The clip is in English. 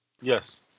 yes